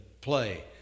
play